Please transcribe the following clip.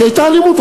כי הייתה אלימות.